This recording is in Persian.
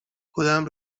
خودم